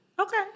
Okay